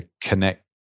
connect